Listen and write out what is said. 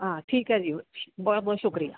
ਹਾਂ ਠੀਕ ਹੈ ਜੀ ਬਹੁਤ ਬਹੁਤ ਸ਼ੁਕਰੀਆ